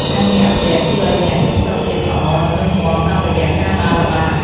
ការងារអភិរក្សជួយឱ្យអ្នកមានសុខភាពល្អ និងរឹងមាំ តាមរយៈការដើរល្បាត។